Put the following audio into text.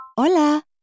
Hola